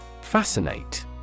Fascinate